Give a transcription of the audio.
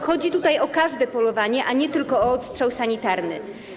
Chodzi tutaj o każde polowanie, a nie tylko o odstrzał sanitarny.